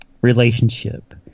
relationship